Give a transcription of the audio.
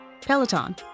Peloton